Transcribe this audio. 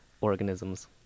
organisms